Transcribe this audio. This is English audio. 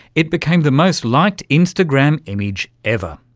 it became the most liked instagram image ever.